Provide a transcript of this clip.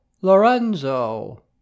LORENZO